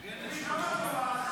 אינו נוכח משה פסל,